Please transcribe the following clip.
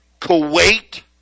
Kuwait